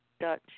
Dutch